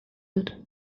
dut